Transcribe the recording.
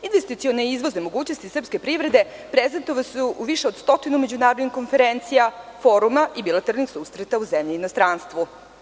Investicione i izvozne mogućnosti srpske privrede prezentovane su u više od stotinu međunarodnih konferencija, foruma i bilateralnih susreta u zemlji i inostranstvu.